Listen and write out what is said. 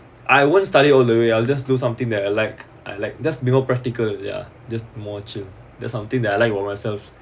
I won't study all the way I'll just do something that I like I like just below practical ya just more chill that's something that I like about myself